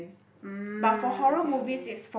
mm okay okay